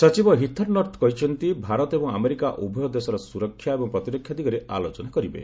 ସଚିବ Heather Nauert କହିଛନ୍ତି ଭାରତ ଏବଂ ଆମେରିକା ଉଭୟ ଦେଶର ସୁରକ୍ଷା ଏବଂ ପ୍ରତିରକ୍ଷା ଦିଗରେ ଆଲୋଚନା କରିବେ